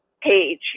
page